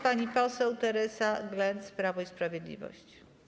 Pani poseł Teresa Glenc, Prawo i Sprawiedliwość.